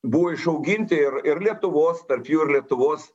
buvo išauginti ir ir lietuvos tarp jų ir lietuvos